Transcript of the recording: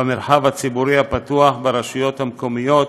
במרחב הציבורי הפתוח ברשויות המקומיות,